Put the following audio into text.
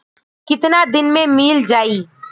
कितना दिन में मील जाई?